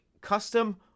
custom